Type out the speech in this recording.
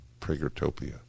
Pragertopia